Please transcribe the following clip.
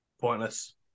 Pointless